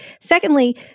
Secondly